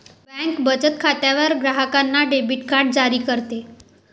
bank बचत खात्यावर ग्राहकांना डेबिट कार्ड जारी करते